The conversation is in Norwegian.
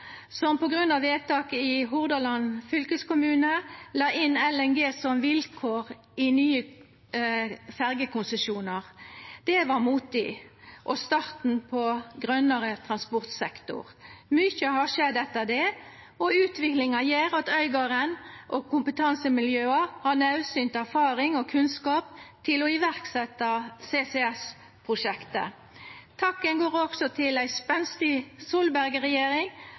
som på grunn av vedtaket i Hordaland fylkeskommune la inn LNG som vilkår i nye ferjekonsesjonar. Det var modig og starten på ein grønare transportsektor. Mykje har skjedd etter det, og utviklinga gjer at Øygarden og kompetansemiljøa har naudsynt erfaring og kunnskap til å setja i verk CCS-prosjektet. Takken går også til ei spenstig